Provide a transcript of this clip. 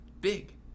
big